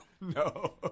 No